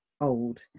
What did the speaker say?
old